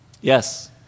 Yes